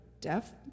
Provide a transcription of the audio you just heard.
deaf